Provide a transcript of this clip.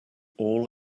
all